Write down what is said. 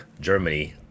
Germany